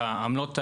שהעמלות,